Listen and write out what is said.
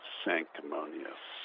sanctimonious